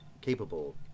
capable